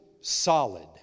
solid